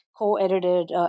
Co-edited